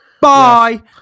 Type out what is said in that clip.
Bye